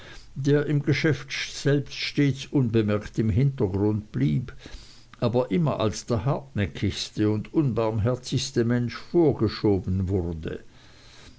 der im geschäft selbst stets unbemerkt im hintergrund blieb aber immer als der hartnäckigste und unbarmherzigste mensch vorgeschoben wurde